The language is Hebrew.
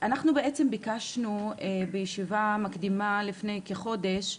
אנחנו בעצם ביקשנו בישיבה מקדימה לפני כחודש,